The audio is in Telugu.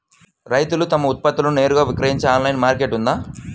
రైతులు తమ ఉత్పత్తులను నేరుగా విక్రయించే ఆన్లైను మార్కెట్ ఉందా?